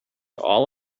all